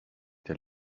der